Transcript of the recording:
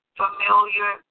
familiar